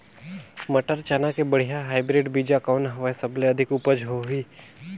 मटर, चना के बढ़िया हाईब्रिड बीजा कौन हवय? सबले अधिक उपज होही?